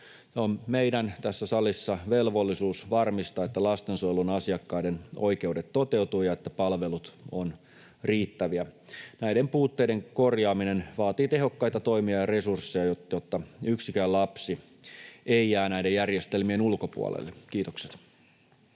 meidän tässä salissa velvollisuus varmistaa, että lastensuojelun asiakkaiden oikeudet toteutuvat ja palvelut ovat riittäviä. Näiden puutteiden korjaaminen vaatii tehokkaita toimia ja resursseja, jotta yksikään lapsi ei jää näiden järjestelmien ulkopuolelle. — Kiitokset.